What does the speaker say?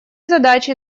задачи